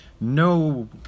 no